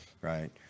Right